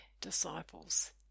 disciples